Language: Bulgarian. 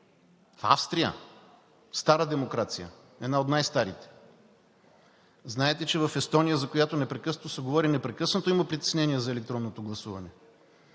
В Австрия – стара демокрация, една от най-старите! Знаете, че в Естония, за която непрекъснато се говори, непрекъснато има притеснения за електронното гласуване.